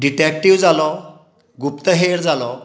detective जालो गुप्तहेर जालो